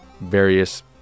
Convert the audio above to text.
various